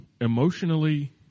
emotionally